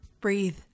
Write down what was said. Breathe